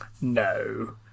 no